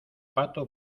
pato